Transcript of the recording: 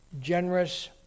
generous